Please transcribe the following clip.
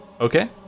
Okay